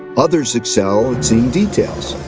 others excel at seeing details.